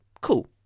cool